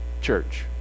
church